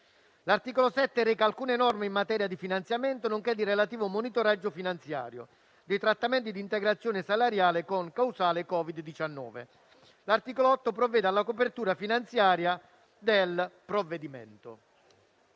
L'articolo 7 reca alcune norme in materia di finanziamento, nonché di relativo monitoraggio finanziario, dei trattamenti di integrazione salariale con causale Covid-19. L'articolo 8 provvede alla copertura finanziaria del provvedimento.